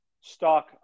stock